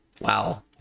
Wow